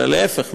אלא להפך,